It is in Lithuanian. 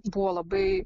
buvo labai